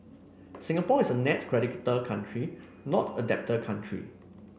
Singapore is a net creditor country not a debtor country